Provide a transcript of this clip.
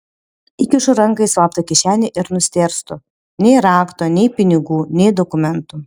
įkišu ranką į slaptą kišenę ir nustėrstu nei rakto nei pinigų nei dokumentų